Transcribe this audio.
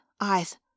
eyes